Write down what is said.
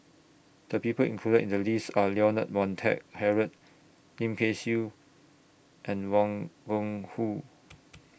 The People included in The list Are Leonard Montague Harrod Lim Kay Siu and Wang Gungwu